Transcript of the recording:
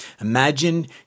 Imagine